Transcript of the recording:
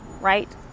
right